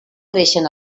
creixen